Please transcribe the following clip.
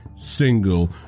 single